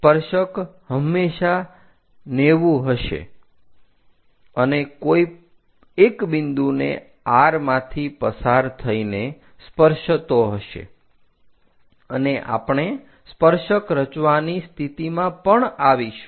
સ્પર્શક હંમેશા 90 હશે અને કોઈ એક બિંદુને R માંથી પસાર થઈને સ્પર્શતો હશે અને આપણે સ્પર્શક રચવાની સ્થિતિમાં પણ આવીશું